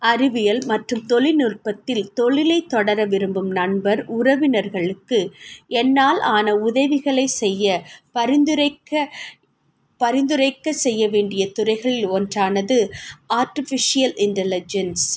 அறிவியல் மற்றும் தொழில் நுட்பத்தில் தொழிலை தொடர விரும்பும் நண்பர் உறவினர்களுக்கு என்னால் ஆன உதவிகளை செய்ய பரிந்துரைக்க பரிந்துரைக்க செய்ய வேண்டிய துறைகளில் ஒன்றானது ஆர்ட்டிஃபிஷியல் இன்டெலிஜென்ஸ்